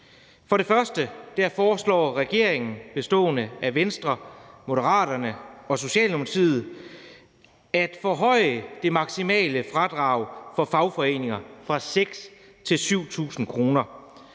For det første foreslår regeringen bestående af Venstre, Moderaterne og Socialdemokratiet at forhøje det maksimale fradrag for fagforeningskontingenter fra 6.000 til 7.000 kr.